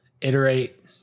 iterate